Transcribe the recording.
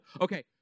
Okay